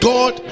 God